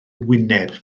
wyneb